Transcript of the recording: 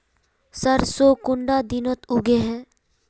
सरसों कुंडा दिनोत उगैहे?